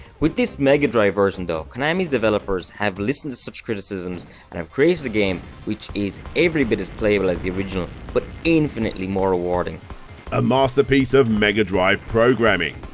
with this mega drive version, though, konami's developers have listened to such criticisms and have created a game which is every bit as playable as the original, but infinitely more rewarding a masterpiece of mega drive programming.